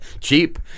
Cheap